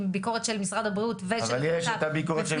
ביקורת של משרד הבריאות והכול -- רגע,